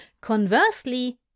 Conversely